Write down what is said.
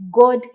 God